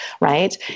right